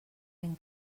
ben